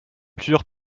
plusieurs